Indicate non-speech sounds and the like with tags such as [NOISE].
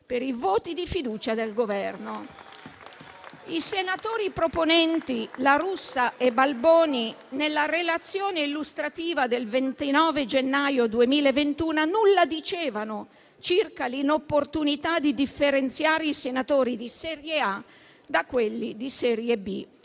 per i voti di fiducia del Governo. [APPLAUSE] I senatori proponenti La Russa e Balboni, nella relazione illustrativa del 29 gennaio 2021, nulla dicevano circa l'inopportunità di differenziare i senatori di serie A da quelli di serie B.